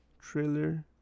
trailer